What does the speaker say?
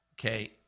Okay